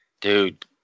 dude